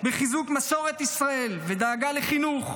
בחיזוק מסורת ישראל ודאגה לחינוך,